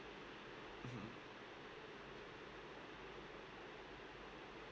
mmhmm